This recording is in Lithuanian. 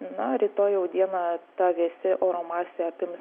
na rytoj jau dieną ta vėsi oro masė apims